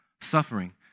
suffering